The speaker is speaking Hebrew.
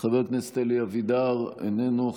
חבר הכנסת אלי אבידר, איננו.